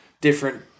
different